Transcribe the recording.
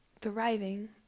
thriving